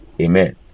Amen